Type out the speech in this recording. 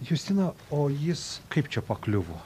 justina o jis kaip čia pakliuvo